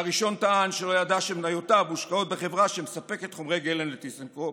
שהראשון טען שלא ידע שמניותיו מושקעות בחברה שמספקת חומרי גלם לטיסנקרופ